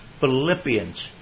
Philippians